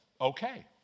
okay